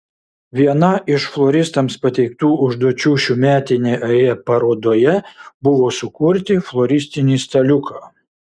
viena iš floristams pateiktų užduočių šiųmetėje parodoje parodoje buvo sukurti floristinį staliuką